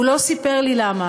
הוא לא סיפר לי למה,